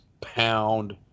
pound